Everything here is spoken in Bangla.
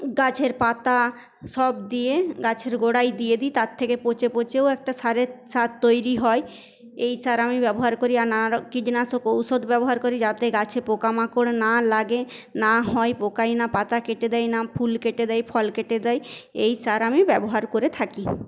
গাছের পাতা সব দিয়ে গাছের গোড়ায় দিয়ে দিই তার থেকে পচে পচেও একটা সারের সার তৈরি হয় এই সার আমি ব্যবহার করি আর নানার কীটনাশক ঔষধ ব্যবহার করি যাতে গাছে পোকামাকড় না লাগে না হয় পোকায় না পাতা কেটে দেয় না ফুল কেটে দেয় ফল কেটে দেয় এই সার আমি ব্যবহার করে থাকি